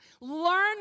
learn